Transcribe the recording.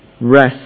rest